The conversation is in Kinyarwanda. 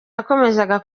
yakomezaga